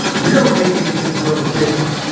we don't gain anything from the cases.